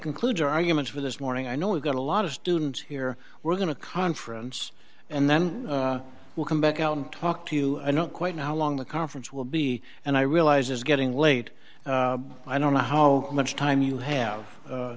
concludes our arguments for this morning i know it got a lot of students here we're going to conference and then we'll come back out and talk to you i don't quite know how long the conference will be and i realize it's getting late i don't know how much time you have